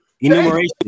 Enumeration